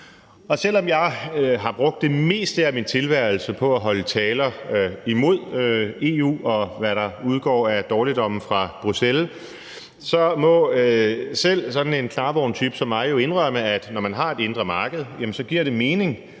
Selv om jeg har brugt det meste af min tilværelse på at holde taler imod EU, og hvad der udgår af dårligdomme fra Bruxelles, så må selv sådan en knarvorn type som mig indrømme, at når man har et indre marked, giver det mening,